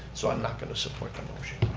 so i'm not going to support the motion.